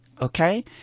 Okay